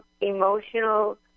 emotional